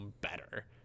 better